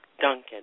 Duncan